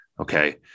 okay